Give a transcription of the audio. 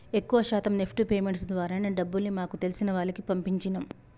ఎక్కువ శాతం NEFT payments ద్వారానే డబ్బుల్ని మాకు తెలిసిన వాళ్లకి పంపించినం